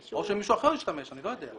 --- או שמישהו אחר השתמש, אני לא יודע.